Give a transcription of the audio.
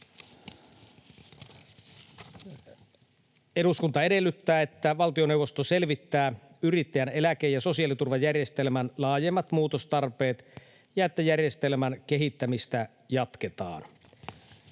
”Eduskunta edellyttää, että valtioneuvosto selvittää yrittäjän eläke- ja sosiaaliturvajärjestelmän laajemmat muutostarpeet ja että järjestelmän kehittämistä jatketaan.”